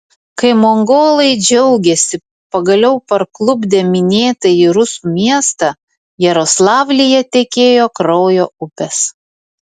kai mongolai džiaugėsi pagaliau parklupdę minėtąjį rusų miestą jaroslavlyje tekėjo kraujo upės